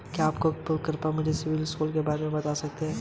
क्या आप कृपया मुझे सिबिल स्कोर के बारे में बता सकते हैं?